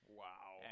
wow